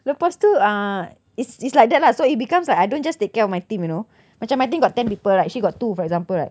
lepas tu ah it's it's like that lah so it becomes like I don't just take care of my team you know macam my team got ten people right she got two for example right